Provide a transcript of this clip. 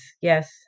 yes